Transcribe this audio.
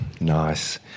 Nice